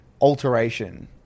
alteration